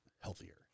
healthier